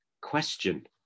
Question